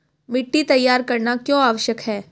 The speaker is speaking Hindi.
मिट्टी तैयार करना क्यों आवश्यक है?